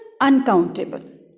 uncountable